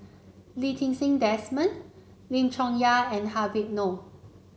Lee Ti Seng Desmond Lim Chong Yah and Habib Noh